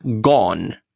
gone